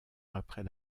après